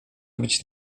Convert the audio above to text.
być